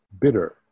bitter